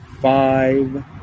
five